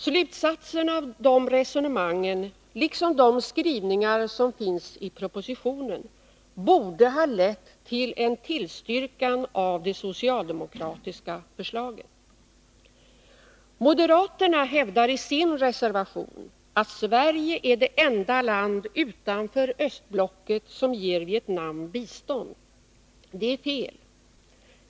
Slutsatsen av de resonemangen, liksom de skrivningar som finns i propositionen, borde ha lett till en tillstyrkan av det socialdemokratiska förslaget. Moderaterna hävdar i sin reservation att Sverige är det enda land utanför östblocket som ger Vietnam bistånd. Det är fel.